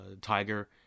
tiger